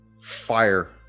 fire